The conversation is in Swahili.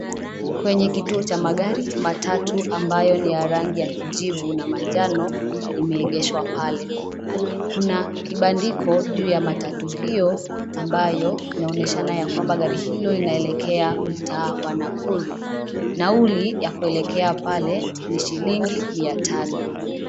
Kwenye kituo cha magari, matatu ambayo ni ya rangi ya kijivu na manjano, imeegeshwa pale, kuna, kibandiko juu ya matatu hio, ambayo inaonyeshana ya kwamba gari hio inaelekea mtaa wa Nakuru, nauli ya kuelekea pale ni shilingi mia tano.